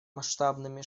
масштабными